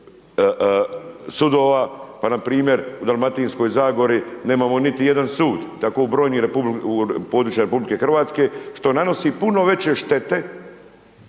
sudova. Pa npr. u Dalmatinskoj zagori nemamo niti jedan sud, tako u brojnim područjima RH što nanosi puno veće štete